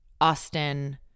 Austin